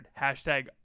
Hashtag